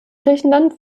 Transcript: griechenland